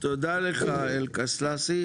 תודה לך אלקסלסי.